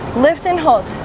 lift and hold.